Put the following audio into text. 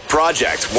Project